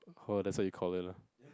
orh that's what you call it lah